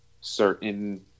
Certain